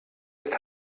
ist